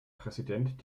präsident